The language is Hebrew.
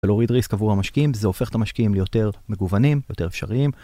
להוריד ריסק עבור המשקיעים, זה הופך את המשקיעים ליותר מגוונים, יותר אפשריים